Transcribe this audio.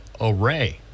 array